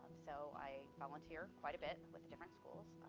so i volunteer quite a bit with the different schools.